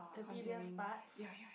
the previous parts